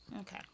okay